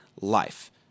life